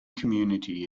community